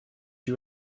you